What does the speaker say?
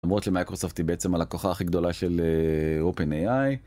למרות למיקרוסופט היא בעצם הלקוחה הכי גדולה של open-ai.